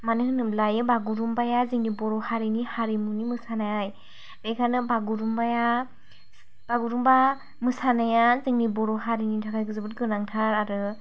मानो होनोब्ला बागुरुमबाया जोंनि बर' हारिनि हारिमुनि मोसानाय बेखायनो बागुरुमबाया बागुरुमबा मोसानाया जोंनि बर' हारिनि थाखाय जोबोर गोनांथार आरो